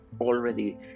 already